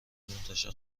منتشر